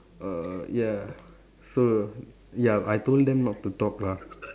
uh ya so ya I told them not to talk lah